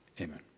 Amen